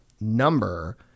number